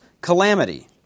calamity